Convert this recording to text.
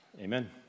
Amen